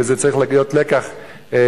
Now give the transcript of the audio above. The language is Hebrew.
וזה צריך להיות לקח לכולנו.